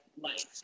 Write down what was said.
life